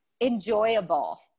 enjoyable